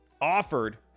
offered